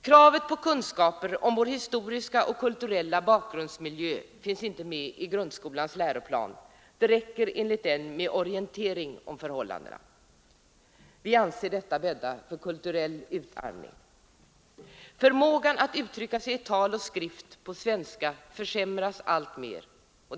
Kravet på kunskaper om vår historiska och kulturella bakgrundsmiljö finns inte med i grundskolans läroplan — det räcker enligt den med orientering om förhållandena. Vi anser detta bädda för kulturell utarmning. Förmågan att uttrycka sig i tal och skrift på svenska försämras alltmer.